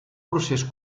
procés